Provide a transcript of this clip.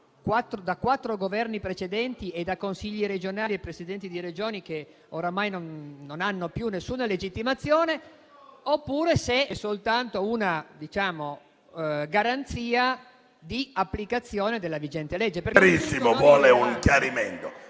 da quattro Governi precedenti e da Consigli regionali e Presidenti di Regioni che oramai non hanno più alcuna legittimazione, oppure se è soltanto una garanzia di applicazione della vigente legge.